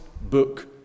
book